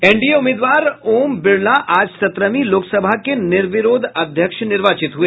NDA उम्मीदवार ओम बिड़लाआज सत्रहवीं लोकसभा के निर्विरोध अध्यक्ष निर्वाचित हुए